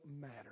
matter